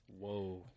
Whoa